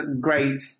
great